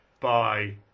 bye